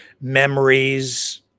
memories